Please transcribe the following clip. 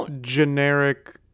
generic